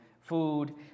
food